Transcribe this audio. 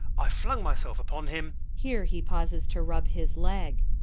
i flung myself upon him here he pauses to rub his leg